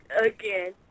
again